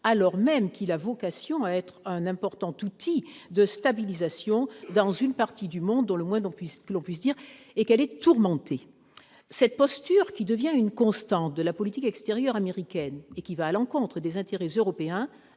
alors même que celui-ci a vocation à être un important outil de stabilisation d'une partie du monde pour le moins tourmentée. Cette posture, qui devient une constante de la politique extérieure américaine et qui va à l'encontre des intérêts européens,